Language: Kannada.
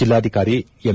ಜಿಲ್ಲಾಧಿಕಾರಿ ಎಮ್